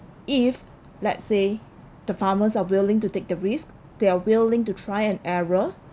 if let's say the farmers are willing to take the risk they're willing to try and error